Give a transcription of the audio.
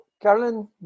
Carolyn